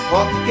Walk